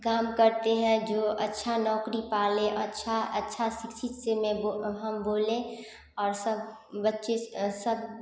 काम करते हैं जो अच्छा नौकरी पा लें अच्छा अच्छा शिक्षित से में हम बोलें और सब बच्चे सब